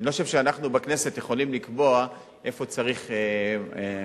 אני לא חושב שאנחנו בכנסת יכולים לקבוע איפה צריך מעון.